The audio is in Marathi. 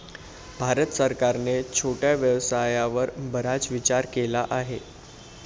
भारत सरकारने छोट्या व्यवसायावर बराच विचार केला आहे